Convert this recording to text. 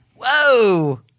Whoa